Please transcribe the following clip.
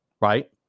right